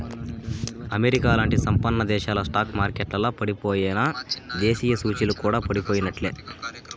అమెరికాలాంటి సంపన్నదేశాల స్టాక్ మార్కెట్లల పడిపోయెనా, దేశీయ సూచీలు కూడా పడిపోయినట్లే